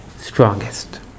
Strongest